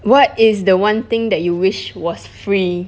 what is the one thing that you wish was free